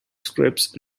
scripts